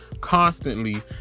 constantly